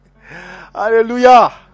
Hallelujah